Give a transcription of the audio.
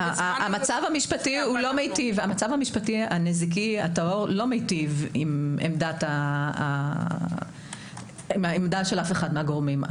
המצב המשפטי הנזיקי הטהור לא מיטיב עם העמדה של אף אחד מהגורמים.